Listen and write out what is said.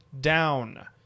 down